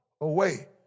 away